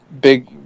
big